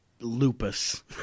lupus